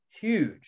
huge